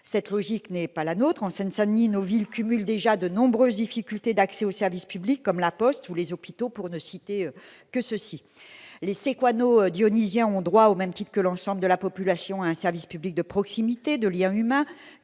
Cette logique n'est pas la nôtre. En Seine-Saint-Denis, nos villes cumulent déjà de nombreuses difficultés en matière d'accès aux services publics, comme La Poste ou les hôpitaux, pour ne citer que ces exemples. Les Séquano-Dyonisiens ont droit, au même titre que l'ensemble de la population, à un service public de proximité, fondé sur